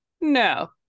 No